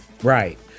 Right